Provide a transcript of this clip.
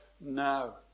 now